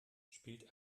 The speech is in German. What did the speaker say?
spielt